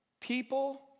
people